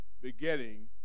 beginning